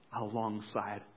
alongside